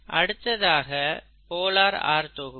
அடுத்ததாக polar R தொகுப்பு